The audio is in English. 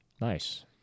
Nice